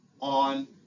on